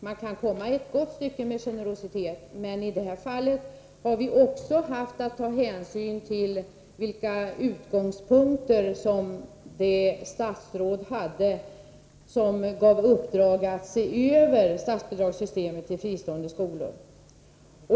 Man kan komma ett gott stycke med generositet, men i detta fall har vi också haft att ta hänsyn till vilka utgångspunkter som det statsråd hade som gav en utredning i uppdrag att se över systemet med statsbidrag till fristående skolor.